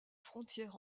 frontière